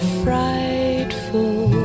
frightful